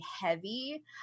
heavy